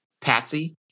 Patsy